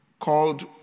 Called